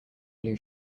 blue